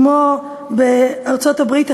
כמו בארצות-הברית,